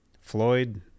Floyd